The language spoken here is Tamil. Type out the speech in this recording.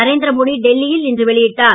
நரேந்திரமோடி டெல்லியில் இன்று வெளியிட்டார்